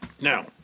Now